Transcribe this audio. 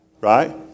right